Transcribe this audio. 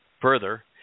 Further